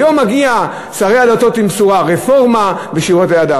היום מגיע שר הדתות עם בשורה: רפורמה בשירותי הדת.